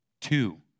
Two